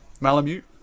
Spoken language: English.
Malamute